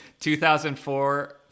2004